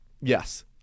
Yes